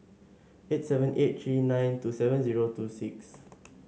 eight seven eight three nine two seven zero two six